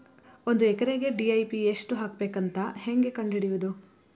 ಒಂದು ಎಕರೆಗೆ ಡಿ.ಎ.ಪಿ ಎಷ್ಟು ಹಾಕಬೇಕಂತ ಹೆಂಗೆ ಕಂಡು ಹಿಡಿಯುವುದು?